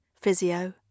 physio